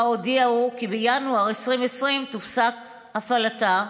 הודיעו כי בינואר 2020 תופסק הפעלתה?